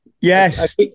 Yes